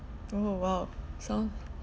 oh oh !wow! sound